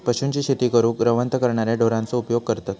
पशूंची शेती करूक रवंथ करणाऱ्या ढोरांचो उपयोग करतत